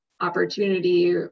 opportunity